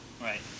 Right